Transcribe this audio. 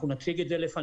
אנחנו נציג את זה לפניך,